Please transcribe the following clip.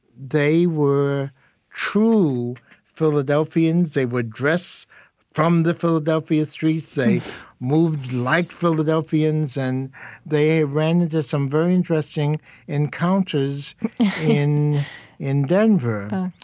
they were true philadelphians. they were dressed from the philadelphia streets, they moved like philadelphians, and they ran into some very interesting encounters in in denver.